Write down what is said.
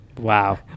Wow